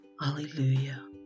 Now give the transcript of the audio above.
Hallelujah